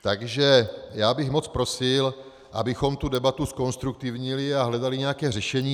Takže já bych moc prosil, abychom tu debatu zkonstruktivnili a hledali nějaké řešení.